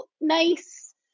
nice